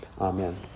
Amen